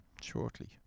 shortly